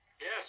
yes